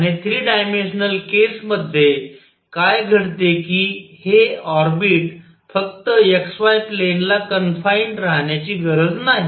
आणि 3 dimensional case मध्ये काय घडते कि हे ऑर्बिट फक्त xy प्लेन ला कनफाईन्ड राहण्याची गरज नाही